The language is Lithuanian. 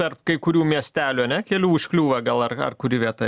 tarp kai kurių miestelių ane kelių užkliūva gal ar kuri vieta